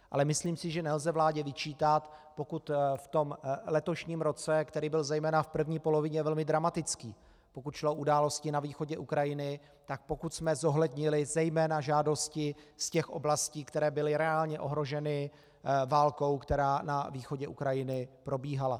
Ale myslím si, že nelze vládě vyčítat, pokud v tom letošním roce, který byl zejména v první polovině velmi dramatický, pokud šlo o události na východě Ukrajiny, tak pokud jsme zohlednili zejména žádosti z těch oblastí, které byly reálně ohroženy válkou, která na východě Ukrajiny probíhala.